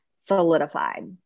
solidified